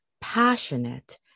passionate